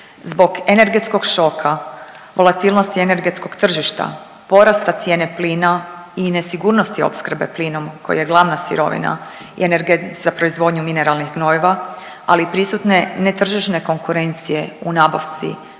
Zbog energetskog šoka, volatilnosti energetskog tržišta, porasta cijene plina i nesigurnosti opskrbe plinom koji je glavna sirovina i .../nerazumljivo/... za proizvodnju mineralnih gnojiva, ali i prisutne netržišne konkurencije u nabavci